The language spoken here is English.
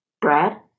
Brad